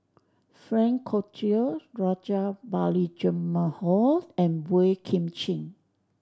Frank Cloutier Rajabali Jumabhoy and Boey Kim Cheng